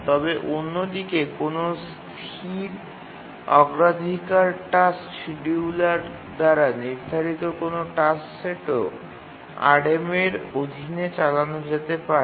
তবে অন্যদিকে কোনও স্থির অগ্রাধিকার টাস্ক শিডিয়ুলার দ্বারা নির্ধারিত কোনও টাস্ক সেটও RMA এর অধীনে চালানো যেতে পারে